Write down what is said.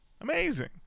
Amazing